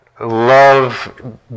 love